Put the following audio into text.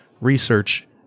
research